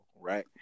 right